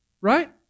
right